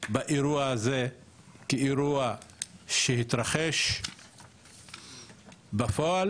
באירוע הזה כאירוע שהתרחש בפועל